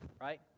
Right